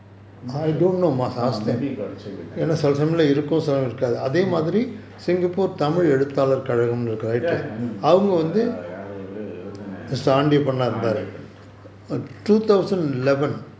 ah maybe got to check with them யாரு அவரு இவரு தானே:yaru avaru ivaru thanae aandiyappan